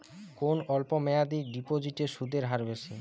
কোন অল্প মেয়াদি ডিপোজিটের সুদের হার বেশি?